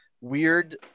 weird